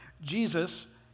Jesus